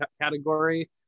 category